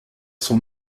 son